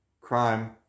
crime